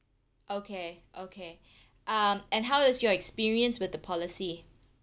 okay okay um and how is your experience with the policy